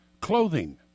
clothing